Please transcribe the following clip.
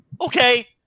Okay